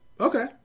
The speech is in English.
okay